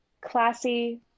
classy